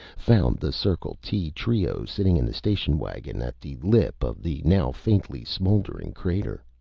found the circle t trio sitting in the station wagon at the lip of the now faintly smoldering crater.